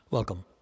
Welcome